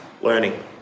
learning